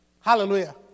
Hallelujah